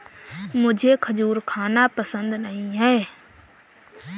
मुझें खजूर खाना पसंद नहीं है